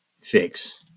fix